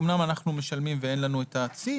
אמנם אנחנו משלמים ואין לנו את הצי,